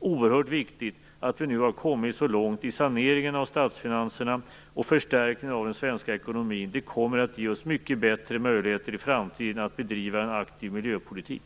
oerhört viktigt - jag återkommer till det - att vi nu har kommit så långt i saneringen av statsfinanserna och i förstärkningen av den svenska ekonomin. Det kommer att ge oss mycket bättre möjligheter i framtiden att bedriva en aktiv miljöpolitik.